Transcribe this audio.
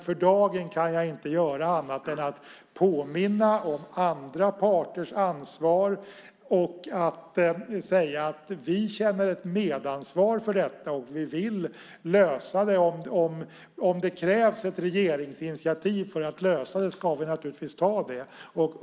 För dagen kan jag inte göra annat än att påminna om andra parters ansvar. Vi känner ett medansvar för detta, och vi vill lösa det. Om det krävs ett regeringsinitiativ för att lösa detta så ska vi naturligtvis ta det.